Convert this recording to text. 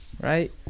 Right